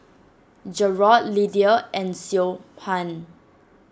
Jerod Lydia and Siobhan